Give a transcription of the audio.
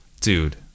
Dude